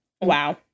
Wow